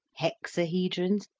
hexahedrons,